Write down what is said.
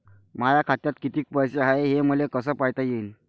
माया खात्यात कितीक पैसे हाय, हे मले कस पायता येईन?